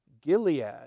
Gilead